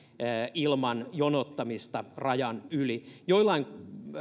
ilman jonottamista rajan yli joillain